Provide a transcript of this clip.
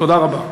תודה רבה.